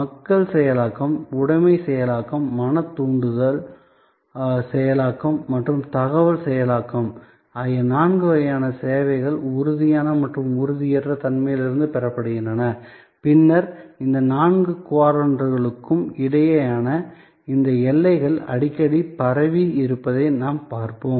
மக்கள் செயலாக்கம் உடைமை செயலாக்கம் மன தூண்டுதல் செயலாக்கம் மற்றும் தகவல் செயலாக்கம் ஆகிய நான்கு வகையான சேவைகள் உறுதியான மற்றும் உறுதியற்ற தன்மையிலிருந்து பெறப்படுகின்றன பின்னர் இந்த நான்கு குவாட்ரண்டுகளுக்கு இடையேயான இந்த எல்லைகள் அடிக்கடி பரவி இருப்பதை நாம் பார்ப்போம்